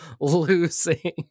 losing